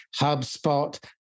HubSpot